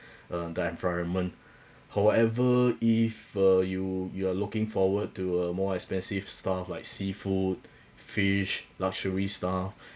uh the environment however if uh you you're looking forward to a more expensive stuff like seafood fish luxury stuff